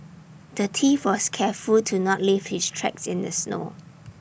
the thief was careful to not leave his tracks in the snow